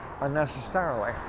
unnecessarily